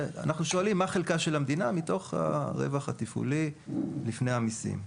אנחנו שואלים מה חלקה של המדינה מתוך הרווח התפעולי לפני המיסים.